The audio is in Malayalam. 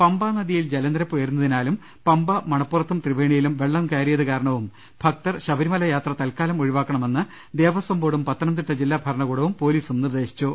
പമ്പാ നദിയിൽ ജലനിരപ്പ് ഉയരുന്നതിനാലും പമ്പാ മണപ്പുറത്തും ത്രിവേണിയിലും വെള്ളം കയറിയത് കാരണവും ഭക്തർ ശബരിമല യാത്ര തൽക്കാലം ഒഴിവാക്കണമെന്ന് ദേവസ്വം ബോർഡും പത്തനം തിട്ട ജില്ലാഭരണകൂടവും പൊലീസും നിർദ്ദേശിച്ചു